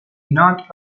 not